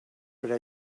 però